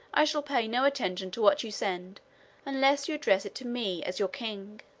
i shall pay no attention to what you send unless you address it to me as your king.